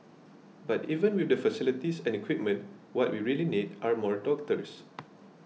but even with the facilities and equipment what we really need are more doctors